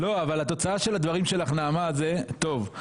התוצאה של הדברים של נעמה היא שאנחנו